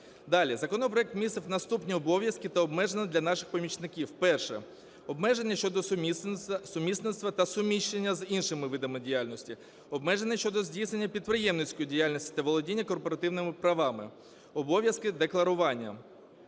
Далі. Законопроект містив наступні обов'язки та обмеження для наших помічників. Перше. Обмеження щодо сумісництва та суміщення з іншими видами діяльності. Обмеження щодо здійснення підприємницької діяльності та володіння корпоративними правами. Обов'язки декларування.